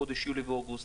בחודש יולי ואוגוסט,